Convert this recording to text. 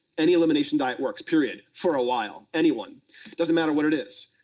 any elimination diet works, period, for a while, anyone. it doesn't matter what it is.